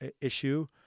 issue